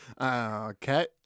Okay